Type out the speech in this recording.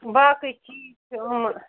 باقٕے چیٖز چھِ یِمہٕ